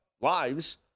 lives